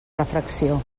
refracció